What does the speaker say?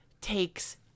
takes